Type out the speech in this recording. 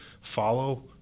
follow